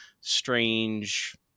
strange